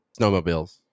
snowmobiles